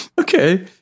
Okay